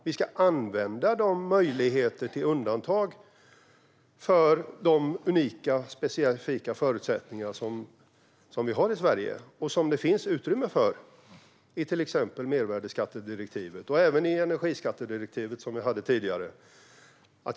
Vi ska använda de möjligheter till undantag för de unika, specifika förutsättningar som vi har i Sverige och som det finns utrymme att göra undantag från i till exempel mervärdesskattedirektivet och även i energiskattedirektivet som var uppe tidigare.